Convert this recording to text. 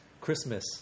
Christmas